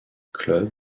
club